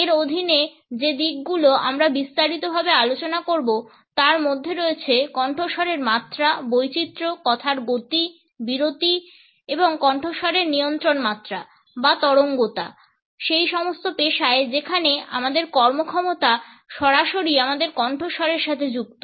এর অধীনে যে দিকগুলো আমরা বিস্তারিতভাবে আলোচনা করব তার মধ্যে রয়েছে কণ্ঠস্বরের মাত্রা বৈচিত্র্য কথার গতি বিরতি এবং কণ্ঠস্বরের নিয়ন্ত্রণ মাত্রা বা তরঙ্গতা সেই সমস্ত পেশায় যেখানে আমাদের কর্মক্ষমতা সরাসরি আমাদের কণ্ঠস্বরের সাথে যুক্ত